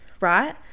right